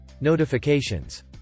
Notifications